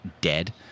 dead